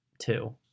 two